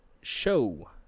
show